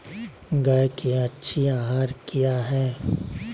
गाय के अच्छी आहार किया है?